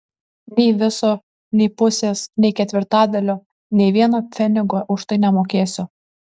nei viso nei pusės nei ketvirtadalio nė vieno pfenigo už tai nemokėsiu